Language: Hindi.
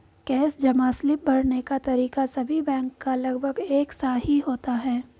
कैश जमा स्लिप भरने का तरीका सभी बैंक का लगभग एक सा ही होता है